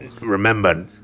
Remember